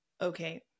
okay